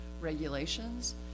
regulations